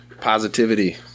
positivity